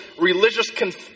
religious